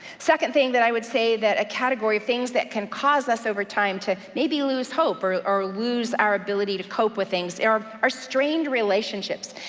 second thing that i would say that, a category of things that can cause us over time to maybe lose hope, or or lose our ability to cope with things, are strained relationships,